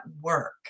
work